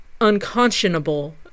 unconscionable